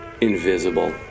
invisible